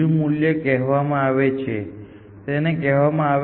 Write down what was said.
મેં તેના ટૂંકા સ્વરૂપનો ઉપયોગ કર્યો છે